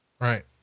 Right